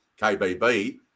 KBB